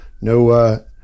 no